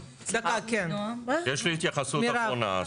יש לי התייחסות אחרונה.